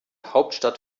hauptstadt